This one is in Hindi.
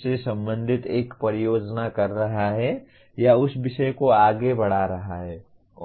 से संबंधित एक परियोजना कर रहा है या उस विषय को आगे बढ़ा रहा है